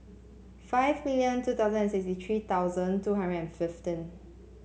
five million two thousand and sixty three thousand two hundred and fifteen